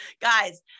guys